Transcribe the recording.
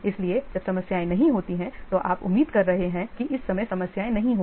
इसलिए जब समस्याएँ नहीं होती हैं तो आप उम्मीद कर रहे हैं कि इस समय समस्याएँ नहीं होंगी